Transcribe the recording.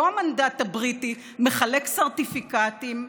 לא המנדט הבריטי שמחלק סרטיפיקטים?